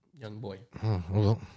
Youngboy